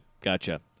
gotcha